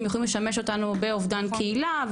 יכולים לשמש אותנו באובדן קהילה,